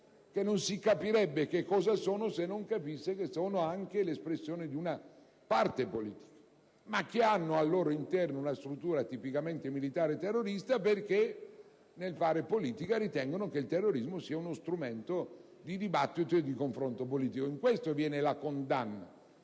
che non si capirebbe cosa sono se non si sapesse che sono anche l'espressione di una parte politica, ma che hanno al loro interno una struttura tipicamente militare e terroristica, perché nel fare politica ritengono che il terrorismo sia uno strumento di dibattito e di confronto politico. In questo viene la condanna.